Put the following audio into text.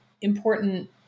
important